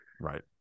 Right